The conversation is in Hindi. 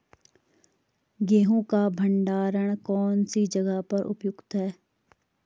गेहूँ का भंडारण कौन सी जगह पर उपयुक्त है?